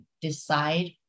decide